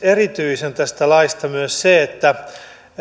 erityisen myös se että